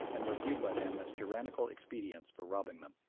and were viewed by them as tyrannical expedients for robbing them.